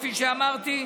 כפי שאמרתי.